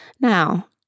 Now